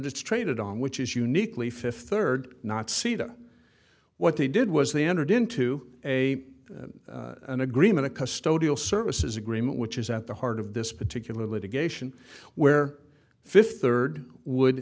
is traded on which is uniquely fifth third not see that what they did was they entered into a an agreement a custodial services agreement which is at the heart of this particular litigation where fifth third would